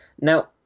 Now